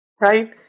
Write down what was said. right